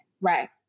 Right